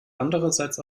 andererseits